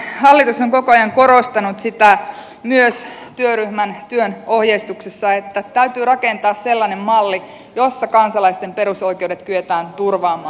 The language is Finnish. hallitus on koko ajan korostanut sitä myös työryhmän työn ohjeistuksessa että täytyy rakentaa sellainen malli jossa kansalaisten perusoikeudet kyetään turvaamaan